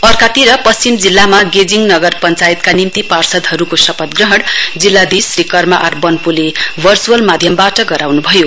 अर्कातिर पश्चिम जिल्लामा गेजिङ नगर पञ्चायतका निम्ति पार्षदहरुको शपथ ग्रहण जिल्लाधीश कर्मा आर वन्पोले भर्च्लअल माध्यमबाट गराउन्भयो